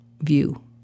view